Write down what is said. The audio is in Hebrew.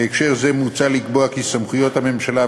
בהקשר זה מוצע לקבוע כי סמכויות הממשלה,